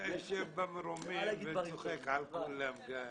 אתה יושב במרומים וצוחק על כולם, גיא.